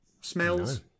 Smells